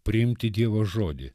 priimti dievo žodį